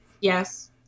Yes